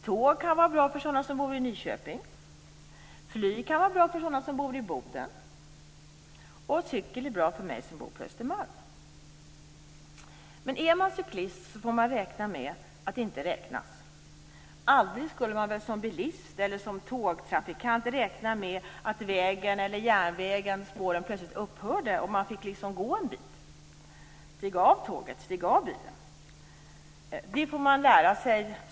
Tåg kan vara bra för dem som bor i Nyköping och flyg för dem som bor i Boden. Cykel är bra för mig som bor på Östermalm. Är man cyklist får man räkna med att inte räknas. Aldrig skulle man väl som bilist eller tågtrafikant räkna med att vägen eller järnvägens spår plötsligt upphör och att man får stiga ur bilen eller stiga av tåget och gå en bit.